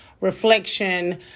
reflection